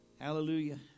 Hallelujah